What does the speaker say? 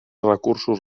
recursos